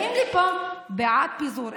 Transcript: באים לפה, בעד פיזור.